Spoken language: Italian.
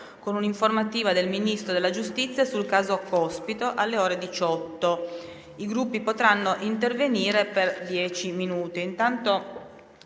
con un'informativa del Ministro della giustizia sul caso Cospito alle ore 18. I Gruppi potranno intervenire per dieci minuti. Anticipo